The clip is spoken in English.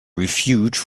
refuge